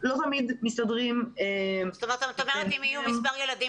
לא תמיד מסתדרים --- את אומרת שאם יהיו מספר ילדים